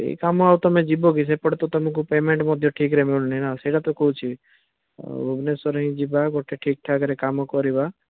ଏଇ କାମ ଆଉ ତମେ ଯିବକି ସେପଟେ ବି ତମକୁ ପେମେଣ୍ଟ ମଧ୍ୟ ଠିକ୍ ରେ ମିଳୁନିନା ନା ସେଇଟା ତ କହୁଛି ଆଉ ଭୁବନେଶ୍ୱର ହିଁ ଯିବା ଗୋଟେ ଠିକ୍ ଠାକ୍ ରେ କାମ କରିବା